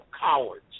cowards